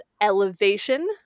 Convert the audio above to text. elevation